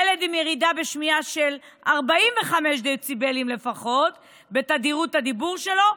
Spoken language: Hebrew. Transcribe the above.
ילד עם ירידה בשמיעה של 45 דציבלים לפחות בתדירות הדיבור שלו,